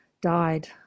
died